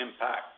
impact